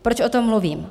Proč o tom mluvím?